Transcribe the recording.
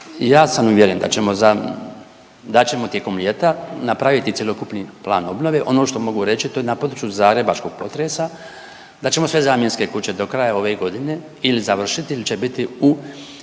da ćemo za, da ćemo tijekom ljeta napraviti cjelokupni plan obnove. Ono što mogu reći to je na području zagrebačkog potresa da ćemo sve zamjenske kuće do kraja ove godine ili završiti ili će biti u